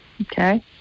Okay